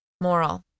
Moral